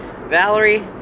Valerie